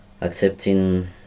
Accepting